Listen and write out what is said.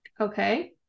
Okay